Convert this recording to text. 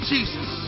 Jesus